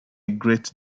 great